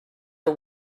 are